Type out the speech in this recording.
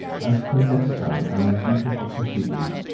as clandestine and undutiful proceedings,